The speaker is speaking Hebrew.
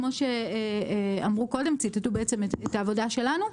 כמו שאמרו קודם, וציטטו בעצם את העבודה שלנו,